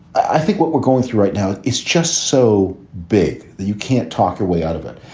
i think what we're going through right now is just so big that you can't talk your way out of it.